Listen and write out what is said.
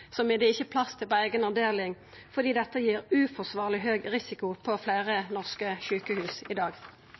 det ikkje er plass til på eiga avdeling, fordi dette gir uforsvarleg høg risiko for fleire norske sjukehus i dag.